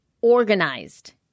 organized